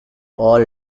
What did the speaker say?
all